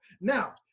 now